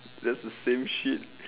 that's the same shit